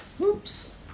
Oops